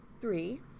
Three